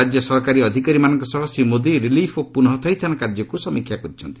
ରାଜ୍ୟ ସରକାରୀ ଅଧିକାରୀମାନଙ୍କ ସହ ଶ୍ରୀ ମୋଦି ରିଲିଫ୍ ଓ ପୁନଃ ଥଇଥାନ କାର୍ଯ୍ୟକୁ ସମୀକ୍ଷା କରିଛନ୍ତି